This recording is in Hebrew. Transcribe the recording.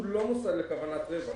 כוונת רווח,